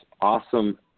awesome